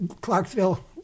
Clarksville